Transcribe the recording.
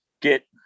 get